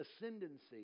ascendancy